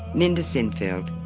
linda sinfield.